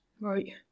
Right